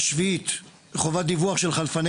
הסתייגות שביעית: "חובת דיווח של חלפני